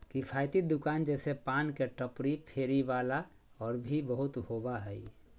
किफ़ायती दुकान जैसे पान के टपरी, फेरी वाला और भी बहुत होबा हइ